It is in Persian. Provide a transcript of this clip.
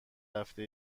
رفته